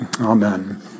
Amen